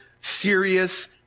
serious